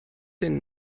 den